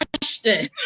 question